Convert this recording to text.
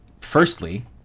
Firstly